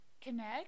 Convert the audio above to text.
connect